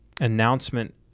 announcement